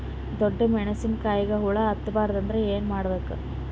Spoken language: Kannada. ಡೊಣ್ಣ ಮೆಣಸಿನ ಕಾಯಿಗ ಹುಳ ಹತ್ತ ಬಾರದು ಅಂದರ ಏನ ಮಾಡಬೇಕು?